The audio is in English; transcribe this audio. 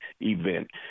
event